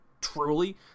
truly